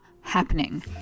happening